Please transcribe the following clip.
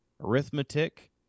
arithmetic